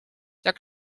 jak